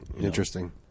Interesting